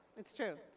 it's true.